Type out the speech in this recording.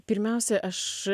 pirmiausia aš